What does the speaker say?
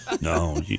No